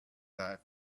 that